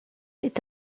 est